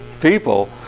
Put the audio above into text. people